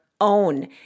own